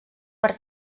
per